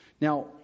now